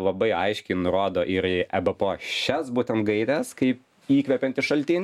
labai aiškiai nurodo ir į ebpo šias būtent gaires kaip įkvepiantį šaltinį